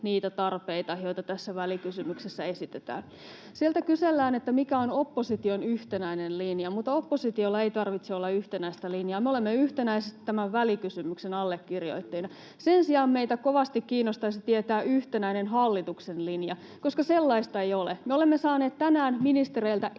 niitä tarpeita, joita tässä välikysymyksessä esitetään. Sieltä kysellään, mikä on opposition yhtenäinen linja. Mutta oppositiolla ei tarvitse olla yhtenäistä linjaa. Me olemme yhtenäisesti tämän välikysymyksen allekirjoittajina. Sen sijaan meitä kovasti kiinnostaisi tietää yhtenäinen hallituksen linja, koska sellaista ei ole. Me olemme saaneet tänään ministereiltä erilaisia